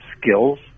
skills